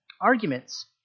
arguments